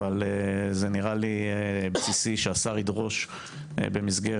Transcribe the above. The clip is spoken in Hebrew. אבל זה נראה לי בסיסי שהשר ידרוש במסגרת